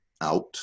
out